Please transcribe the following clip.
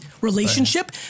relationship